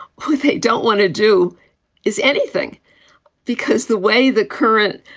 who they don't want to do is anything because the way the current.